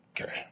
Okay